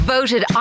Voted